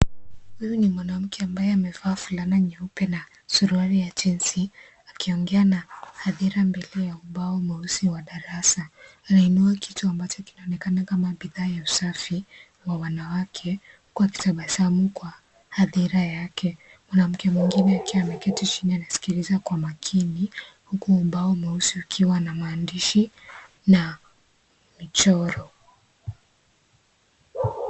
Huyu ni mwanamke ambaye amevaa fulananyeupe na suruali ya jinsi akiongea na hadhira mbele ya ubao mweusi wa darasa. Anainua kitu ambacho kinaonekana kama bidhaa ya usafi wa wanawake huku akitabasamu kwa hadhira yake. Mwanamke mwengine akiwa ameketi chini anasikiliza kwa makini huku ubao mweusi ukiwa na maandisi na michoro.